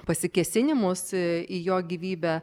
pasikėsinimus į jo gyvybę